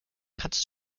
kannst